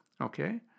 okay